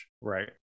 right